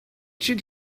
should